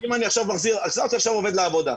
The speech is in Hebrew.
החזרת עכשיו עובד לעבודה.